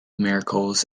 miracles